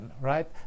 right